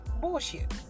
bullshit